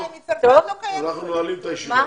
אנחנו נועלים את הישיבה.